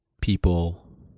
people